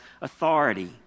authority